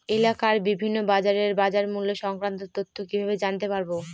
এলাকার বিভিন্ন বাজারের বাজারমূল্য সংক্রান্ত তথ্য কিভাবে জানতে পারব?